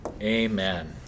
Amen